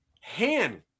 hand